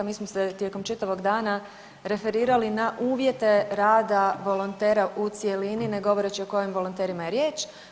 Mi smo se tijekom čitavog dana referirali na uvjete rada volontera u cjelini ne govoreći o kojim volonterima je riječ.